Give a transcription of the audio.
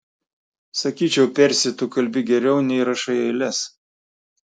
sakyčiau persi tu kalbi geriau nei rašai eiles